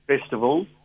Festival